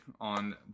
on